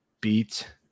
beat